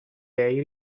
lei